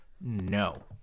No